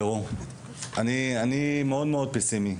תראו, אני מאוד פסימי.